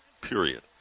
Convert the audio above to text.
Period